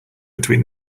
between